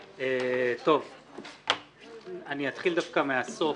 אני אתחיל דווקא מהסוף,